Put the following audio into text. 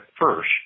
first